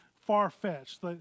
far-fetched